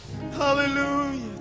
Hallelujah